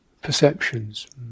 perceptions